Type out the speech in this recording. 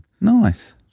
Nice